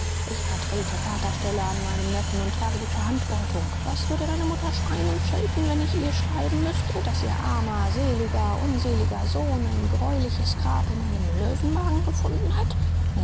ich vertrete vaterstelle an meinem neffen und trage die verantwortung was würde deine mutter schreien und schelten wenn ich ihr schreiben müßte daß ihr armer seliger unseliger sohn ein greuliches grab in einem löwenmagen gefunden habe